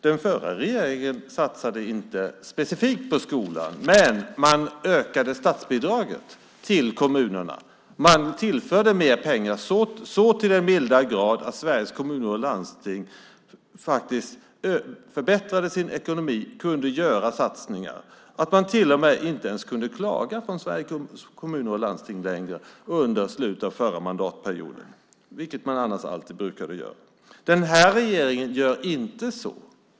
Den förra regeringen satsade inte specifikt på skolan. Men man ökade statsbidraget till kommunerna. Man tillförde mer pengar så till den milda grad att Sveriges Kommuner och Landsting förbättrade sin ekonomi och kunde göra satsningar. Man kunde till och med inte ens klaga från Sveriges Kommuner och Landsting längre under slutet av förra mandatperioden, vilket man annars alltid brukade göra. Den här regeringen gör inte så.